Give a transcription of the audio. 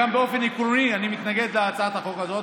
גם באופן עקרוני אני מתנגד להצעת החוק הזאת.